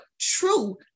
true